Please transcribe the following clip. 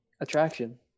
Attraction